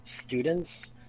students